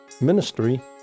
ministry